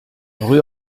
rue